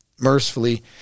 Mercifully